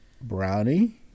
Brownie